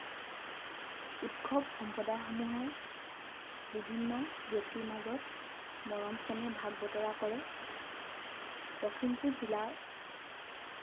উৎসৱ সম্প্ৰদায়সমূহে বিভিন্ন ব্যক্তিৰ মাজত মৰম চেনেহ ভাগ বতৰা কৰে লখিমপুৰ জিলাৰ